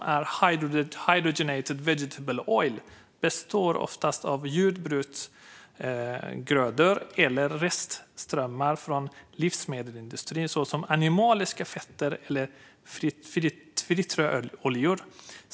"Råvarorna till HVO" - det står för hydrogenated vegetable oil - "består oftast av jordbruksgrödor eller restströmmar från livsmedelsindustrin, såsom animaliska fetter eller frityroljor.